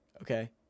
Okay